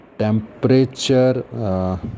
Temperature